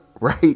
Right